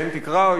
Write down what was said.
תקרא.